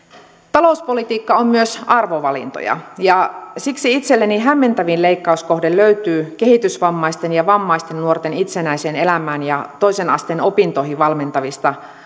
talouspolitiikka on myös arvovalintoja ja siksi itselleni hämmentävin leikkauskohde löytyy kehitysvammaisten ja vammaisten nuorten itsenäiseen elämään ja toisen asteen opintoihin valmentavista